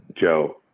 Joe